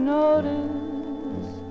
notice